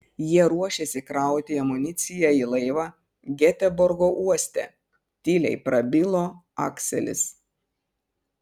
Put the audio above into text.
jie ruošėsi krauti amuniciją į laivą geteborgo uoste tyliai prabilo akselis